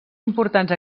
importants